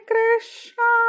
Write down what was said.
Krishna